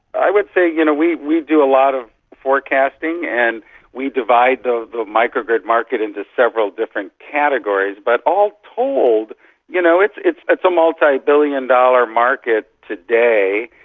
i would say you know we we do a lot of forecasting and we divide the micro-grid market into several different categories, but all-told you know it's it's a multibillion dollar market today,